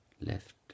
left